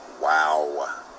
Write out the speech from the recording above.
wow